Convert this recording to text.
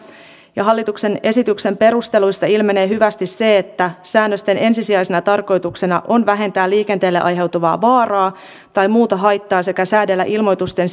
hallituksen esityksen perusteluista ilmenee hyvin se että säännösten ensisijaisena tarkoituksena on vähentää liikenteelle aiheutuvaa vaaraa tai muuta haittaa sekä säädellä ilmoitusten